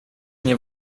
nie